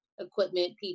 equipment